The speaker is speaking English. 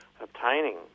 obtaining